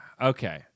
Okay